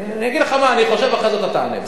אני אגיד לך מה אני חושב, אחרי זה אתה תענה.